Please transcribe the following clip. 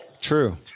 True